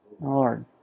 Lord